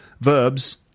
verbs